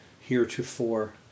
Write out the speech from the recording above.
heretofore